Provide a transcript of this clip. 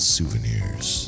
Souvenirs